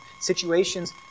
situations